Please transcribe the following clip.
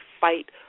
fight